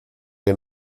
que